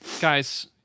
guys